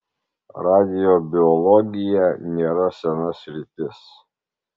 radiobiologija nėra sena sritis